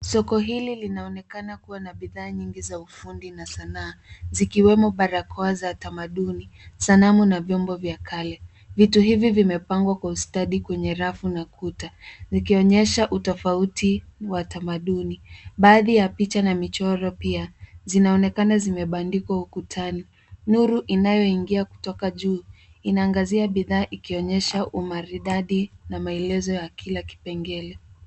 Soko hili linaonekana kuwa na bidhaa nyingi za ufundi na sanaa, zikiwemo barakoa za tamaduni, sanamu, na vyombo vya kale. Vitu hivi vimepangwa kwa ustadi kwenye rafu na kuta, ikionyesha utofauti wa tamaduni. Baadhi ya picha na michoro pia zinaonekana zimebandikwa ukutani. Nuru inayoingia kutoka juu inaangazia bidhaa, ikionyesha umaridadi na maelezo ya kila kipengele.